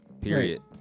period